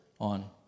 on